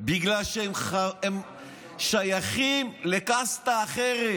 הם שייכים לקסטה אחרת.